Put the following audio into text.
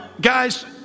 guys